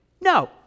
No